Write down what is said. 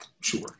sure